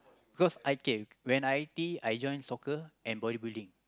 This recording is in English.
cos I kay when I I_T_E I join soccer and bodybuilding